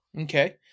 Okay